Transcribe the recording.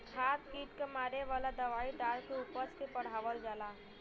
खाद कीट क मारे वाला दवाई डाल के उपज के बढ़ावल जाला